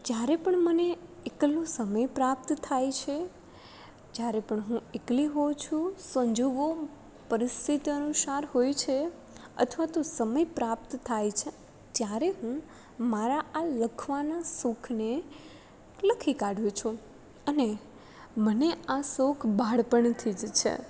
જ્યારે પણ મને એકલું સમય પ્રાપ્ત થાય છે જ્યારે પણ હું એકલી હોઉં છું સંજોગો પરિસ્થિતિ અનુસાર હોય છે અથવા તો સમય પ્રાપ્ત થાય છે જ્યારે હું મારા આ લખવાના શોખને લખી કાઢું છું અને મને આ શોખ બાળપણથી જ છે